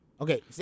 Okay